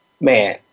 man